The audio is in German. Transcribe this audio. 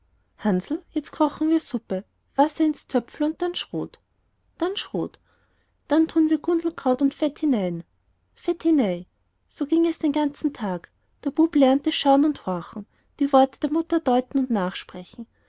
hansl jetzt kochen wir suppe wasser ins töpferl dann schrot dann schrot dann tun wir gundelkraut und fett hinein fettinei so ging es den ganzen tag der bub lernte schauen und horchen die worte der mutter deuten und nachsprechen